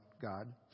God